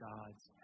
God's